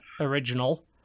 original